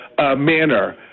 manner